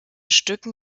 stücken